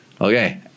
Okay